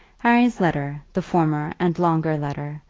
harry's letter the former and longer letter,